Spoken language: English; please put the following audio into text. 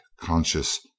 conscious